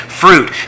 fruit